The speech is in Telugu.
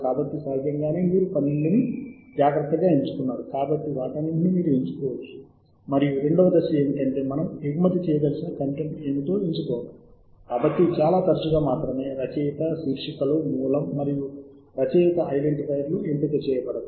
కాబట్టి మొదట మనం వాటన్నింటినీ ఎన్నుకుంటాము రెండవది ఎగుమతి బటన్ పై క్లిక్ చేయడం మరియు అది ఇక్కడ సంభాషణను తెరుస్తుంది